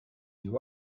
you